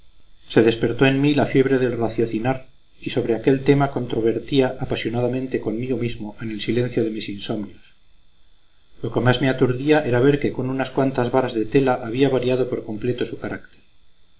se despertó en mí la fiebre del raciocinar y sobre aquel tema controvertía apasionadamente conmigo mismo en el silencio de mis insomnios lo que más me aturdía era ver que con unas cuantas varas de tela había variado por completo su carácter